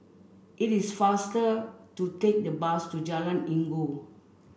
it is faster to take the bus to Jalan Inggu